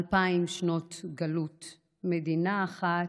אלפיים שנות גלות, מדינה אחת,